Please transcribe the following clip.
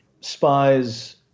spies